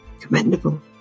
commendable